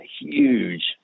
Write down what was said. huge